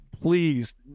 please